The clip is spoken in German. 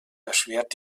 erschwert